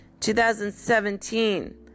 2017